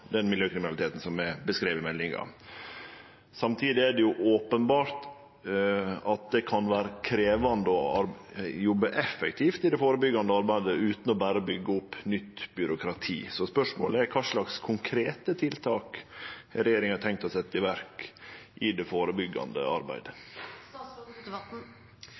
den miljøkriminaliteten som er beskriven i meldinga. Samtidig er det jo openbert at det kan vere krevjande å jobbe effektivt i det førebyggjande arbeidet utan berre å byggje opp nytt byråkrati. Spørsmålet er kva slags konkrete tiltak regjeringa har tenkt å setje i verk i det